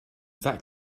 that